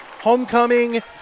homecoming